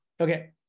Okay